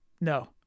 No